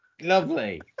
Lovely